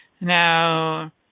Now